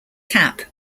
kapp